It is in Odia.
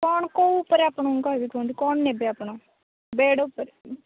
କଣ କେଉଁ ଉପରେ ଆପଣ ଖୋଜୁଛନ୍ତି କଣ ନେବେ ଆପଣ ବେଡ଼୍ ଉପରେ